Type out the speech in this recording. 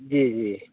جی جی